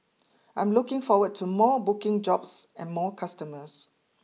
I'm looking forward to more booking jobs and more customers